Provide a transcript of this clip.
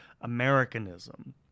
Americanism